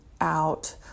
out